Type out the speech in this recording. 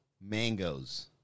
mangoes